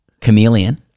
Chameleon